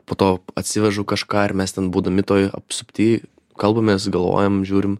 po to atsivežu kažką ir mes ten būdami toj apsupty kalbamės galvojam žiūrim